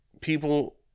people